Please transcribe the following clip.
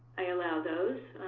i allow those.